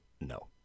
no